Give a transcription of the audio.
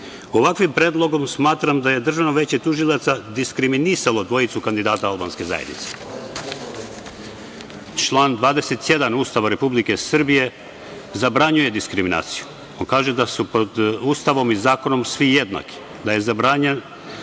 Ovakvim predlogom smatram da je Državno veće tužilaca diskriminisalo dvojicu kandidata albanske zajednice. Član 27. Ustava Republike Srbije zabranjuje diskriminaciju. On kaže da su pred Ustavom i zakonom svi jednaki, da je zabranjen